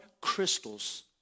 crystals